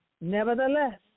Nevertheless